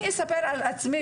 אני אספר על עצמי,